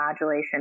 modulation